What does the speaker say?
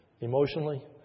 emotionally